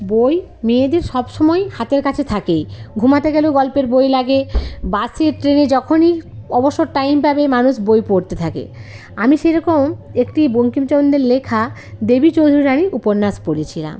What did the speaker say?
বই মেয়েদের সব সময়ই হাতের কাছে থাকেই ঘুমাতে গেলেও গল্পের বই লাগে বাসে ট্রেনে যখনই অবসর টাইম পাবে মানুষ বই পড়তে থাকে আমি সেই রকম একটি বঙ্কিমচন্দ্রের লেখা দেবী চৌধুরানী উপন্যাস পড়েছিলাম